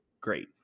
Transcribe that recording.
great